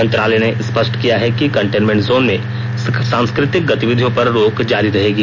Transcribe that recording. मंत्रालय ने स्पष्ट किया है कि कंटेनमेंट जोन में सांस्कृतिक गतिविधियों पर रोक जारी रहेगी